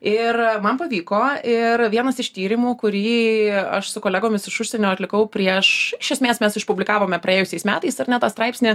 ir man pavyko ir vienas iš tyrimų kurį aš su kolegomis iš užsienio atlikau prieš iš esmės mes išpublikavome praėjusiais metais ar ne tą straipsnį